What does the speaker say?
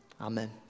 Amen